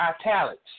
italics